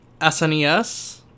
SNES